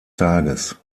tages